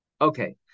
Okay